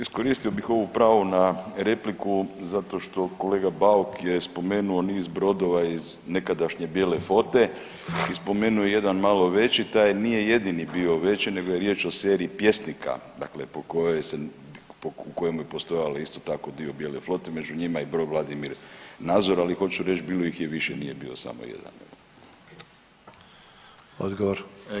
Iskoristio bih ovo pravo na repliku zato što kolega Bauka je spomenuo niz brodova iz nekadašnje Bijele flote i spomenuo je jedan malo veći, taj nije jedini bio veći nego je riječ o seriji pjesnika dakle po kojoj se, u kojem je postojala isto tako dio Bijele flote, među njima i brod Vladimir Nazor, ali hoću reći bilo ih je više nije bio samo jedan, evo.